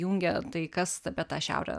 jungia tai kas apie tą šiaurę